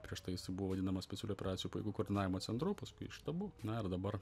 prieš tai jisai buvo vadinamas specialių operacijų pajėgų koordinavimo centru paskui štabu na ir dabar